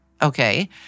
Okay